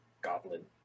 goblin